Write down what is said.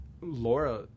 Laura